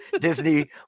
Disney